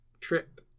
trip